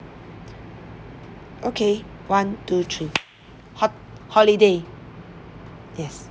okay one two three hot~ holiday yes